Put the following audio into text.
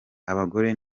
abagore